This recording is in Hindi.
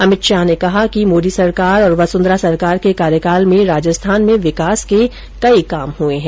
अमित शाह ने कहा कि मोदी सरकार और वसुंधरा सरकार के कार्यकाल में राजस्थान में विकास के कई काम हुए है